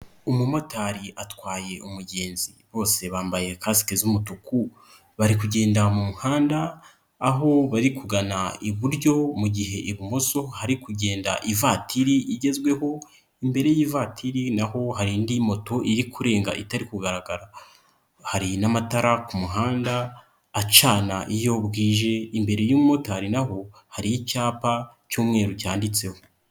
Umumotari atwaye umugenzi bose bambaye kasike z'umutuku, bari kugenda mu muhanda aho bari kugana iburyo mu gihe ibumoso hari kugenda ivatiri igezweho, imbere y'ivatiri na ho hari indi moto iri kurenga itari kugaragara, hari n'amatara ku muhanda acana iyo bwije, imbere y'umumotari na ho hari icyapa cy'umweru cyanditseho.